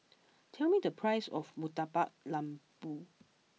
tell me the price of Murtabak Lembu